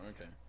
okay